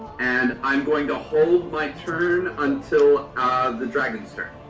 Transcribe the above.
and i'm going to hold my turn until the dragon's turn.